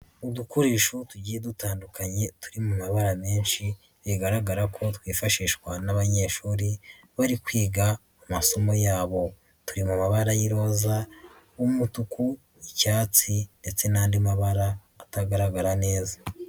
Udukoresho tugiye dutandukanye turi mu mabara menshi, bigaragara ko twifashishwa n'abanyeshuri bari kwiga amasomo yabo. Turi mu mabara y'iroza, umutuku, icyatsi ndetse n'andi mabara atagaragara neza.